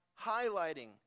highlighting